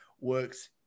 works